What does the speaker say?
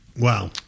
Wow